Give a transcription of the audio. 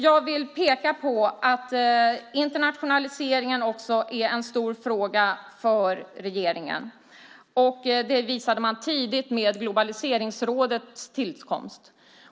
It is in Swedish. Jag vill peka på att internationaliseringen också är en stor fråga för regeringen. Det visade man tidigt i och med Globaliseringsrådets tillkomst.